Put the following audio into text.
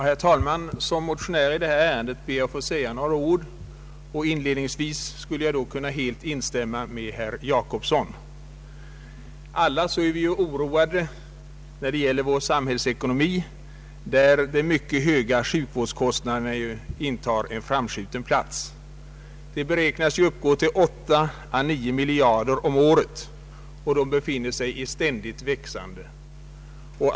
Herr talman! Som motionär i det här ärendet ber jag att få säga några ord. Inledningsvis kan jag då helt instämma med herr Jacobsson. Alla är vi oroade för vår samhällsekonomi, där de mycket höga sjukvårds kostnaderna intar en framskjuten plats. De beräknas uppgå till 8 å 9 miljarder kronor om året, och de befinner sig i ständigt växande.